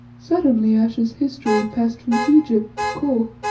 suddenly ayesha's history passed from egypt to kor.